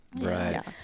Right